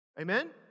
Amen